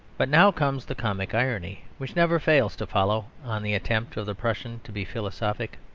but now comes the comic irony which never fails to follow on the attempt of the prussian to be philosophic.